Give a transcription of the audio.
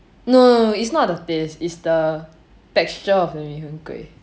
no no no it's not the taste it's the texture of the mee hoon kway